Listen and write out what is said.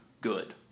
good